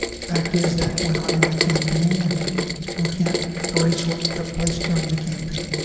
fact is that went on in the campaign, and we can't erase what took place during the campaign